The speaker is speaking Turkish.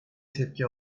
tepki